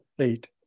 eight